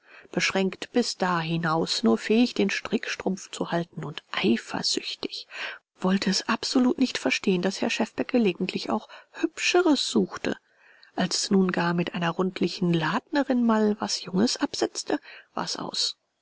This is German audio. beschränkt bis dahinaus nur fähig den strickstrumpf zu halten und eifersüchtig wollte es absolut nicht verstehen daß herr schefbeck gelegentlich auch hübscheres suchte als es nun gar mit einer rundlichen ladnerin mal was junges absetzte war's aus